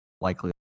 likely